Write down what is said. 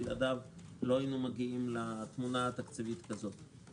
בלעדיו לא היינו מגיעים לתמונה תקציבית כזאת.